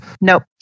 Nope